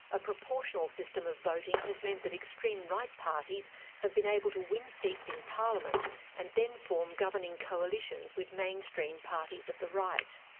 a proportional system of voting has meant that extreme-right parties have been able to win seats in parliament and then form governing coalitions with mainstream parties of the right.